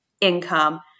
income